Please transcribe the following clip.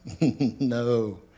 No